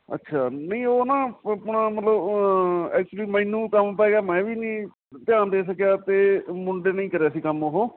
ਅੱਛਾ ਨਹੀਂ ਉਹ ਨਾ ਪ ਆਪਣਾ ਮਤਲਬ ਐਕਚੁਲੀ ਮੈਨੂੰ ਕੰਮ ਪੈ ਗਿਆ ਮੈਂ ਵੀ ਨਹੀਂ ਧਿਆਨ ਦੇ ਸਕਿਆ ਅਤੇ ਮੁੰਡੇ ਨੇ ਹੀ ਕਰਿਆ ਸੀ ਕੰਮ ਉਹ